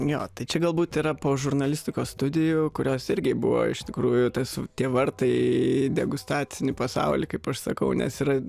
jo tai čia galbūt yra po žurnalistikos studijų kurios irgi buvo iš tikrųjų tas tie vartai į degustacinį pasaulį kaip aš sakau nes yra